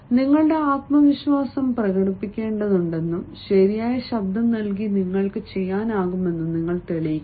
നിങ്ങളുടെ ആത്മവിശ്വാസം പ്രകടിപ്പിക്കേണ്ടതുണ്ടെന്നും ശരിയായ ശബ്ദം നൽകി നിങ്ങൾക്ക് ചെയ്യാനാകുമെന്നും നിങ്ങൾ തെളിയിക്കണം